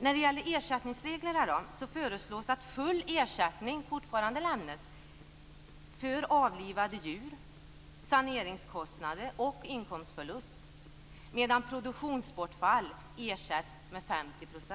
När det gäller ersättningsreglerna föreslås att full ersättning fortfarande lämnas för avlivade djur, saneringskostnader och inkomstförlust medan produktionsbortfall ersätts med 50 %.